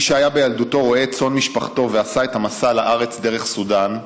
מי שהיה בילדותו רועה את צאן משפחתו ועשה את המסע לארץ דרך סודן,